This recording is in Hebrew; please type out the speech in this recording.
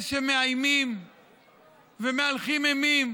יש שמאיימים ומהלכים אימים